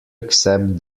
accept